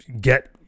get